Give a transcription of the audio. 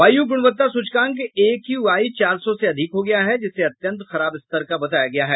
वायु गुणवत्ता सूचकांक ए क्यू आई चार सौ से अधिक हो गया है जिसे अत्यंत खराब स्तर का बताया गया है